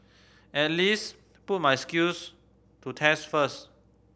at least put my skills to test first